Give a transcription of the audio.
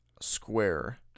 square